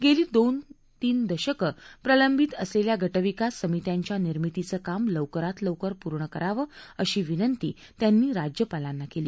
गर्षी दोन तीन दशक प्रलंबित असलख्वा गटविकास समित्यांच्या निर्मितीचं काम लवकरात लवकर पूर्ण करावं अशी विनंती त्यांनी राज्यपालांना क्ली